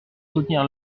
soutenir